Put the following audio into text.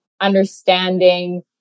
understanding